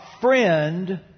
friend